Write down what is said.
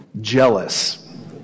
jealous